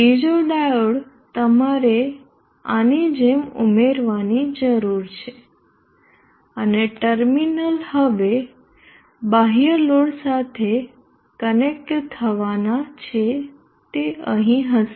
બીજો ડાયોડ તમારે આની જેમ ઉમેરવાની જરૂર છે અને ટર્મિનલ હવે બાહ્ય લોડ સાથે કનેક્ટ થવાનાં છે તે અહીં હશે